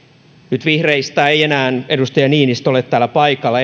nyt vihreistä ei enää edustaja niinistö ole täällä paikalla